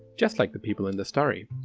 just like the people in the story.